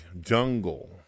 jungle